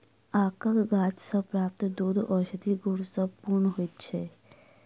आकक गाछ सॅ प्राप्त दूध औषधीय गुण सॅ पूर्ण होइत छै